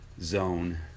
zone